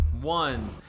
one